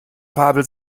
fabel